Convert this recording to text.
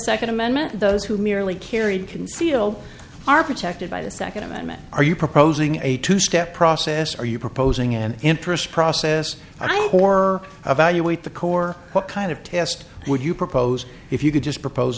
second amendment those who merely carried concealed are protected by the second amendment are you proposing a two step process are you proposing an interest process i or evaluate the core what kind of test would you propose if you could just propose